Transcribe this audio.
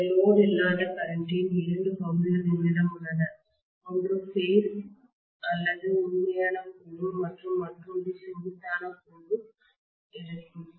எனவே லோடு இல்லாத கரண்ட் இன் இரண்டு பகுதிகள் என்னிடம் உள்ளன ஒன்று ஃபேஸ் அல்லது உண்மையான கூறு மற்றும் மற்றொன்று செங்குத்தான கூறு இருக்கும்